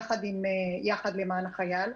יחד עם יחד למען החייל.